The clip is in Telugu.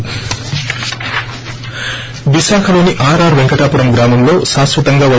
బ్రేక్ విశాఖలోని ఆర్ ఆర్ పెంకటాపురం గ్రామంలో శాశ్వతంగా పై